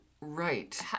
Right